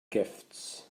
gifts